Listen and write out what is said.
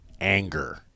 anger